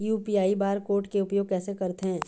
UPI bar code के उपयोग कैसे करथें?